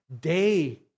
day